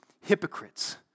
hypocrites